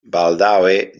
baldaŭe